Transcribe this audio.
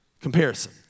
comparison